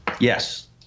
Yes